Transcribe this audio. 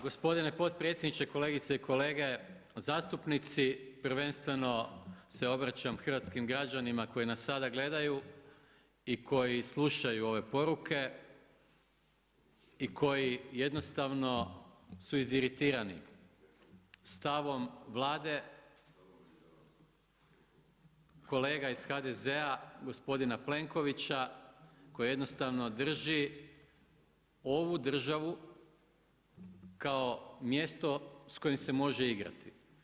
Gospodine potpredsjedniče, kolegice i kolege zastupnici prvenstveno se obraćam hrvatskim građanima koji nas sada gledaju i koji slušaju ove poruke i koji jednostavno su iziritirani stavom Vlade, kolega iz HDZ-a gospodina Plenkovića koji jednostavno drži ovu državu kao mjesto s kojim se može igrati.